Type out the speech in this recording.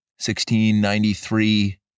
1693